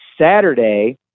Saturday